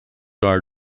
are